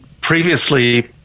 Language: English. previously